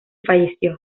falleció